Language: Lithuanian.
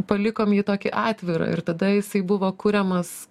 palikom jį tokį atvirą ir tada jisai buvo kuriamas